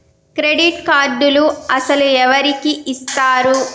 Credit కార్డులు అసలు ఎవరికి ఇస్తారు?